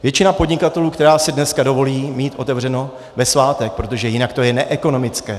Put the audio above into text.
Většina podnikatelů, která si dneska dovolí mít otevřeno ve svátek, protože jinak je to neekonomické.